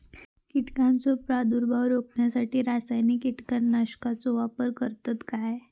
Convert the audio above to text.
कीटकांचो प्रादुर्भाव रोखण्यासाठी रासायनिक कीटकनाशकाचो वापर करतत काय?